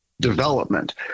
development